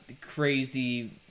crazy